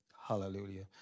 Hallelujah